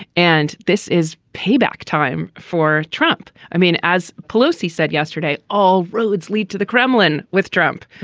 and this is payback time for trump i mean as pelosi said yesterday all roads lead to the kremlin with trump